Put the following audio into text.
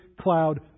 cloud